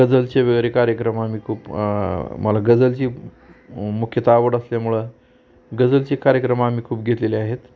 गजलचे वगैरे कार्यक्रम आम्ही खूप मला गजलची मुख्यतः आवड असल्यामुळं गजलचे कार्यक्रम आम्ही खूप घेतलेले आहेत